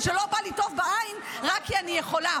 שלא בא לי טוב בעין רק כי אני יכולה.